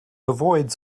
avoids